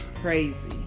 Crazy